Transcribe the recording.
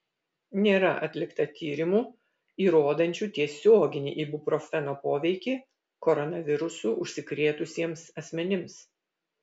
nėra atlikta tyrimų įrodančių tiesioginį ibuprofeno poveikį koronavirusu užsikrėtusiems asmenims